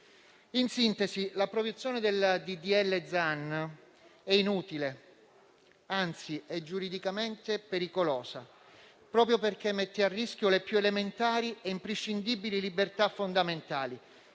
In sintesi, l'approvazione del provvedimento in esame è inutile, anzi, è giuridicamente pericolosa, proprio perché mette a rischio le più elementari e imprescindibili libertà fondamentali